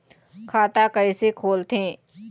खाता कइसे खोलथें?